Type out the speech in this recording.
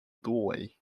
doorway